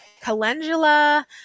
calendula